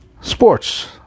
sports